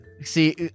See